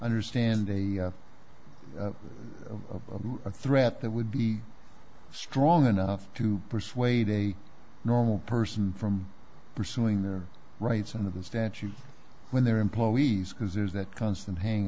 understand they are of a threat that would be strong enough to persuade a normal person from pursuing their rights under the statute when their employees because there's that constant hang